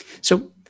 So-